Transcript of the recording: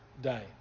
day